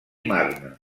marne